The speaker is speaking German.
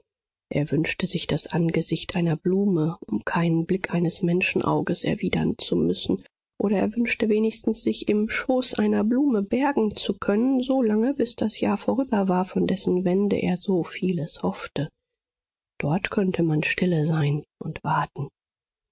er wünschte sich das angesicht einer blume um keinen blick eines menschenauges erwidern zu müssen oder er wünschte wenigstens sich im schoß einer blume bergen zu können solange bis das jahr vorüber war von dessen wende er so vieles hoffte dort könnte man stille sein und warten